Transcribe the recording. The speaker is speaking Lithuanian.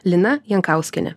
lina jankauskiene